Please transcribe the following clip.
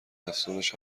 افزونش